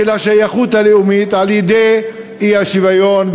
של השייכות הלאומית, על-ידי האי-שוויון.